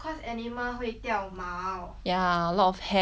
ya a lot of hair your sofa or what